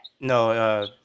no